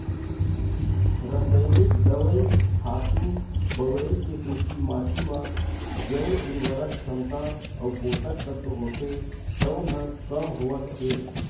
रसइनिक दवई, खातू बउरई के सेती माटी म जउन उरवरक छमता अउ पोसक तत्व होथे तउन ह कम होवत हे